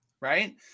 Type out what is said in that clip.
right